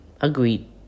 Agreed